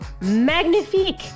magnifique